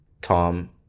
Tom